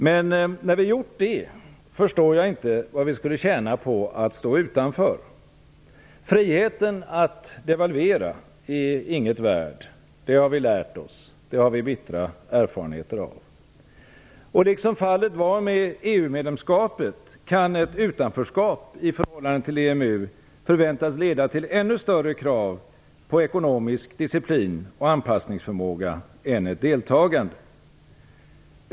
Men när vi gjort det förstår jag inte vad vi skulle tjäna på att stå utanför. Friheten att devalvera är inget värd, det har vi lärt oss och det har vi bittra erfarenheter av. Och liksom fallet var med EU-medlemskapet kan ett utanförskap i förhållande till EMU förväntas leda till ännu större krav på ekonomisk disciplin och anpassningsförmåga än ett deltagande.